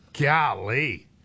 Golly